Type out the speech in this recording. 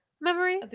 memories